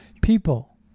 people